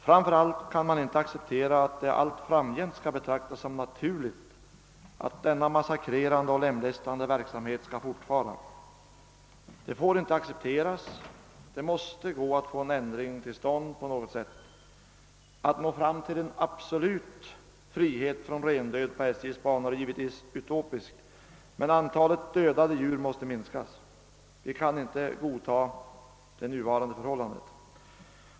Framför allt kan man inte acceptera, att det allt framgent skall betraktas som naturligt att denna massakrerande och lemlästande verksamhet skall fortfara. Det får inte accepteras det måste gå att få en ändring till stånd på något sätt. Att nå fram till en absolut frihet från rendöd på SJ:s banor är givetvis utopiskt, men antalet dödade djur måste minskas. Vi kan inte godtaga det nuvarande förhållandet.